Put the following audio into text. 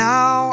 Now